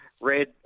red